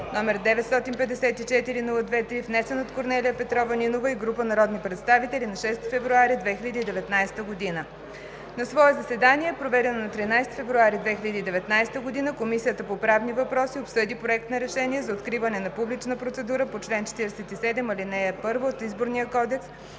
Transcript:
№ 954-02-3, внесен от Корнелия Петрова Нинова и група народни представители на 6 февруари 2019 г. На свое заседание, проведено на 13 февруари 2019 г., Комисията по правни въпроси обсъди Проект на решение за откриване на публична процедура по чл. 47, ал. 1 от Изборния кодекс,